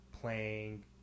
playing